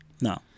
No